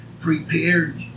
Prepared